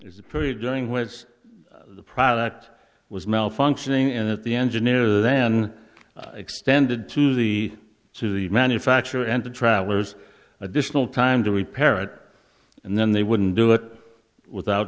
period during which the product was malfunctioning and that the engineer then extended to the to the manufacturer and the travelers additional time to repair it and then they wouldn't do it without